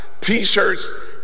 t-shirts